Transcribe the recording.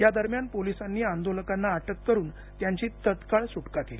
यादरम्यान पोलिसांनी आंदोलकांना अटक करुन त्यांची तत्काळ सूटका केली